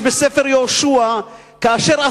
כתוב בספר יהושע, טוב.